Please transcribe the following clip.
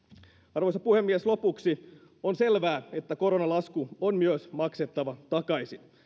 arvoisa puhemies lopuksi on selvää että koronalasku on myös maksettava takaisin